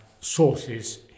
sources